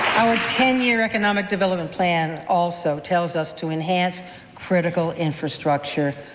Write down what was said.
our ten-year economic development plan also tells us to enhance critical infrastructure,